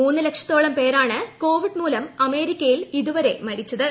മൂന്ന് ലക്ഷത്തോളം പേരാണ് കോവിഡ് മൂലം അമേരിക്കയിൽ ഇതുവരെ മരിച്ചത്